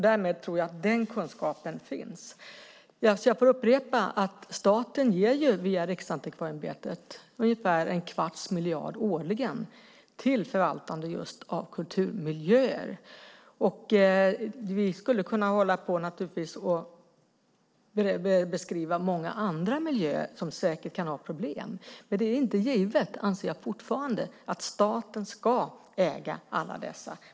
Därmed tror jag att den kunskapen finns. Låt mig upprepa att staten via Riksantikvarieämbetet ger ungefär en kvarts miljard årligen just till förvaltande av kulturmiljöer. Vi skulle naturligtvis kunna beskriva många andra miljöer som säkert kan ha problem, men jag anser fortfarande att det inte är givet att staten ska äga alla dessa.